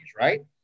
right